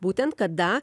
būtent kada